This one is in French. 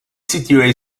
situé